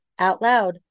OUTLOUD